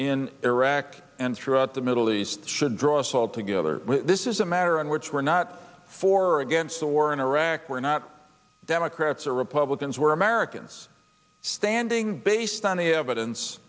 in iraq and throughout the middle east should draw us all together this is a matter on which we're not for or against the war in iraq we're not democrats or republicans we're americans standing based on the evidence